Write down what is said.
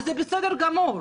וזה בסדר גמור,